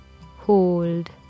Hold